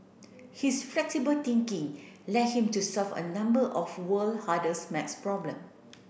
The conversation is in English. his flexible thinking led him to solve a number of world hardest maths problem